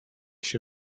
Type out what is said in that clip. się